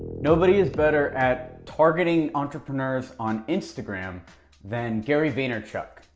nobody is better at targeting entrepreneurs on instagram than gary vaynerchuk,